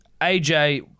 AJ